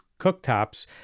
cooktops